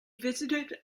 visited